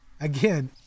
Again